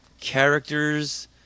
characters